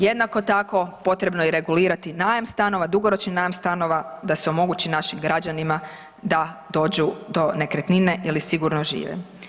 Jednako tako, potrebno je regulirati i najam stanova, dugoročni najam stanova, da se omogući našim građanima da dođu do nekretnine ili sigurno žive.